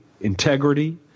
integrity